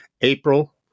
April